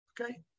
Okay